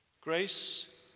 Grace